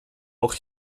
auch